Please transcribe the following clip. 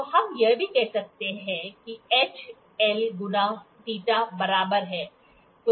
तो हम यह भी देख सकते हैं कि h L गुणा α बराबर है